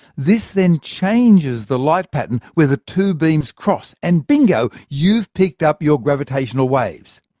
this then changes the light pattern where the two beams cross and bingo! you've picked up your gravitational waves.